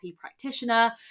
practitioner